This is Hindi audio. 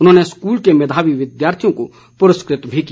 उन्होंने स्कूल के मेधावी विद्यार्थियों को पुरस्कृत भी किया